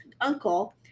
uncle